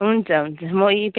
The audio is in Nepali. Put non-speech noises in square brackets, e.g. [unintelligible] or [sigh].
हुन्छ हुन्छ म [unintelligible]